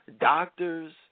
doctors